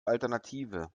alternative